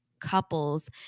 couples